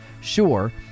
sure